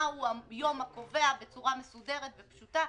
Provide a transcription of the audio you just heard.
הוא היום הקובע בצורה מסודרת ופשוטה.